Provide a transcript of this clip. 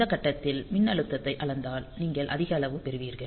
இந்த கட்டத்தில் மின்னழுத்தத்தை அளந்தால் நீங்கள் அதிக அளவில் பெறுவீர்கள்